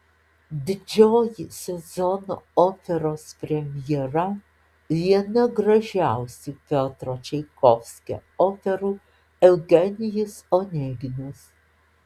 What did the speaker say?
didžioji sezono operos premjera viena gražiausių piotro čaikovskio operų eugenijus oneginas